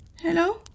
Hello